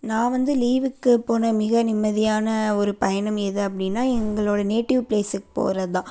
நான் வந்து லீவுக்குப் போன மிக நிம்மதியான ஒரு பயணம் எது அப்படின்னா எங்களோடய நேட்டிவ் பிளேஸ்க்கு போகிறது தான்